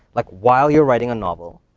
like while you're writing a novel,